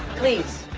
please,